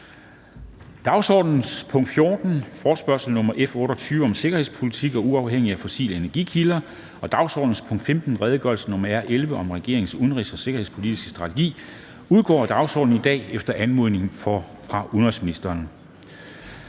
Dagsordenens punkt 14, forespørgsel nr. F 28 om sikkerhedspolitik og uafhængighed af fossile energikilder, og dagsordenens punkt 15, redegørelse nr. R 11 om regeringens udenrigs- og sikkerhedspolitiske strategi, udgår af dagsordenen i dag efter anmodning fra udenrigsministeren.